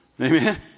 Amen